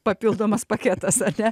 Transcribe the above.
papildomas paketas ar ne